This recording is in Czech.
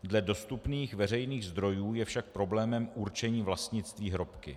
Dle dostupných veřejných zdrojů je však problémem určení vlastnictví hrobky.